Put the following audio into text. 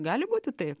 gali būti taip